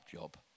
job